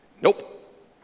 Nope